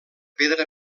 pedra